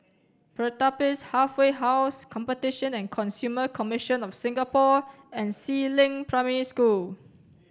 Pertapis Halfway House Competition and Consumer Commission of Singapore and Si Ling Primary School